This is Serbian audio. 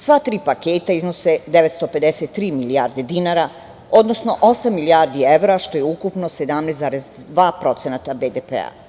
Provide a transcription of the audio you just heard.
Sva tri paketa iznose 953 milijarde dinara, odnosno osam milijardi evra, što je ukupno 17,2% BDP.